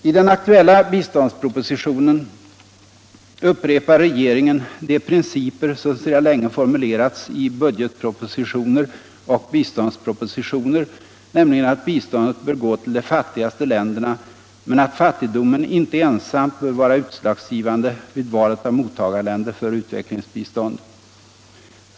I den aktuella biståndspropositionen upprepar regeringen de principer som sedan länge formulerats i budgetpropositioner och biståndsproposilioner, nämligen att biståndet bör gå till de fattigaste länderna men att fattigdomen inte ensam bör vara utslagsgivande vid valet av mottagarländer för utvecklingsbistånd.